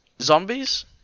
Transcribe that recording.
Zombies